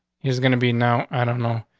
he's gonna be now, i don't know,